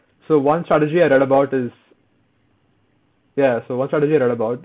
so one strategy I read about is ya so one strategy I read about